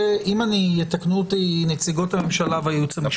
יתקנו אותי נציגות הממשלה והייעוץ המשפטי.